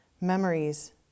memories